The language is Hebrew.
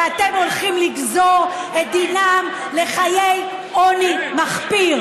ואתם הולכים לגזור את דינם לחיי עוני מחפיר.